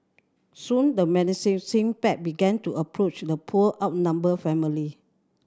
soon the menacing pack began to approach the poor outnumbered family